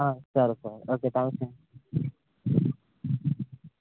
సరే sir okay thanks